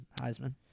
heisman